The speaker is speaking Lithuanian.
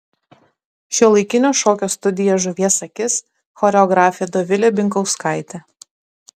šiuolaikinio šokio studija žuvies akis choreografė dovilė binkauskaitė